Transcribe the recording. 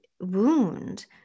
wound